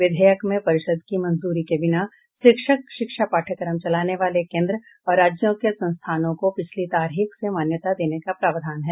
विधेयक में परिषद की मंजूरी के बिना शिक्षक शिक्षा पाठ्यक्रम चलाने वाले केंद्र और राज्यों के संस्थानों को पिछली तारीख से मान्यता देने का प्रावधान है